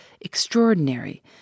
extraordinary